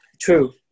True